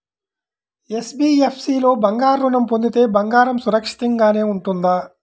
NBFC లో బంగారు ఋణం పొందితే బంగారం సురక్షితంగానే ఉంటుందా?